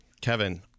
Kevin